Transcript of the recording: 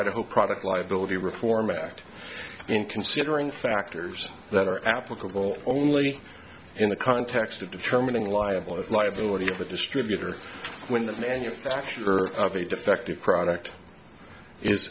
idaho product liability reform act in considering factors that are applicable only in the context of determining liable liability of the distributor when the manufacturer of a defective product i